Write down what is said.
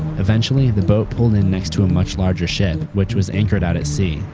eventually the boat pulled in next to a much larger ship which was anchored out at sea.